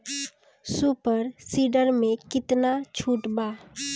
Super seeder मै कितना छुट बा?